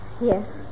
Yes